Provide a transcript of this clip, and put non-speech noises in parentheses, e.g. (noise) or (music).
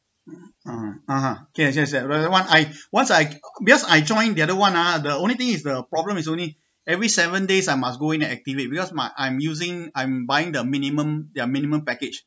(noise) ah ah ha yes yes like the one I (breath) once I because I join the other one ah the only thing is the problem is only every seven days I must going to activate because my I'm using I'm buying the minimum their minimum package